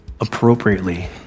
appropriately